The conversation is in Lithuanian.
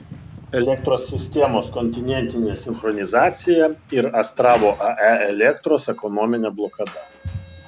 elektros sistemos kontinentinė sinchronizacija ir astravo ae elektros ekonominė blokada